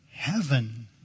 Heaven